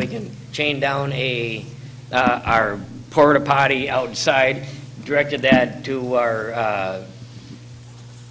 we can chain down a port a potty outside directed that do our